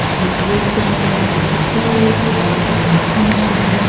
ah deep listening, loving speech, mindful consumption,